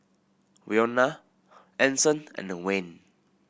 Wynona Anson and Wayne